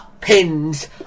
Pins